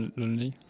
lonely